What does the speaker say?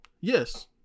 Yes